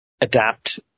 adapt